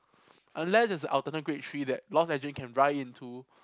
unless it's a alternate great three that law can ride into